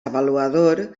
avaluador